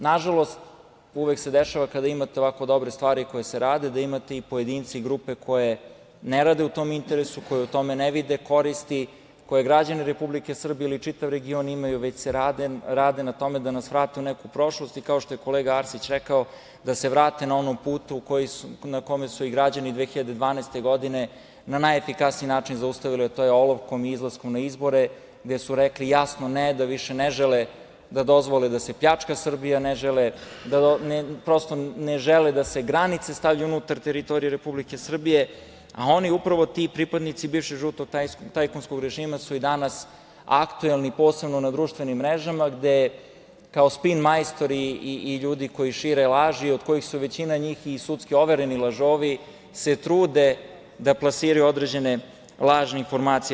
Nažalost, uvek se dešava kada imate ovako dobre stvari koje se rade, da imate i pojedince i grupe koje ne rade u tom interesu, koje u tome ne vide koristi, koje građani Republike Srbije ili čitav region imaju, već rade na tome da nas vrate u neku prošlost i, kao što je kolega Arsić rekao, da se vrate na onaj put na kome su ih građani 2012. godine na najefikasniji način zaustavili, a to je olovkom i izlaskom na izbore, gde su rekli jasno ne, da više ne žele da dozvole da se pljačka Srbija, ne žele da se granice stavljaju unutar teritorije Republike Srbije, a oni, upravo ti pripadnici bivšeg žutog tajkunskog režima su i danas aktuelni, posebno na društvenim mrežama, gde kao spin majstori i ljudi koji šire laži, od kojih su većina njih i sudski overeni lažovi, se trude da plasiraju određene lažne informacije.